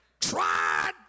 Tried